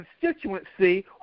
constituency